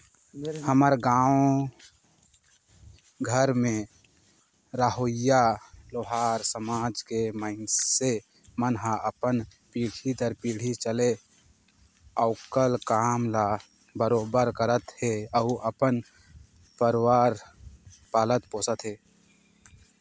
हमर गाँव घर में रहोइया लोहार समाज के मइनसे मन ह अपन पीढ़ी दर पीढ़ी चले आवक काम ल बरोबर करत हे अउ अपन परवार पालत पोसत हे